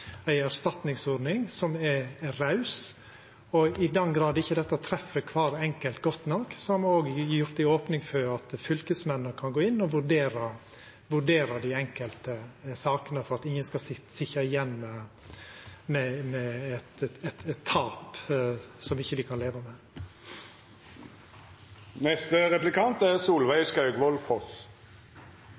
ei erstatningsordning som er raus. I den grad dette ikkje treff kvar enkelt godt nok, har me òg gjeve opning for at fylkesmennene kan gå inn og vurdera dei enkelte sakene, slik at ingen skal sitja igjen med eit tap som dei ikkje kan leva med. Fortsatt vet ingen hvordan statsbudsjettet for